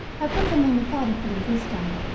i put them in methodically this time,